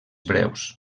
breus